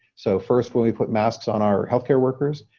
so first, when we put masks on our health care workers,